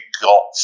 got